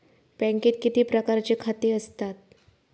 बँकेत किती प्रकारची खाती आसतात?